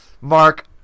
Mark